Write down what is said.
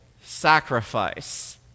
sacrifice